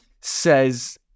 says